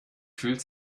fühlt